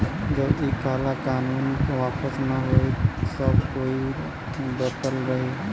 जब इ काला कानून वापस न होई सब कोई डटल रही